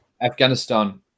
Afghanistan